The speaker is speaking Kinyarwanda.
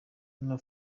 hano